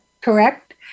Correct